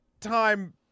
time